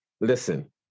listen